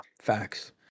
Facts